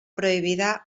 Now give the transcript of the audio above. prohibida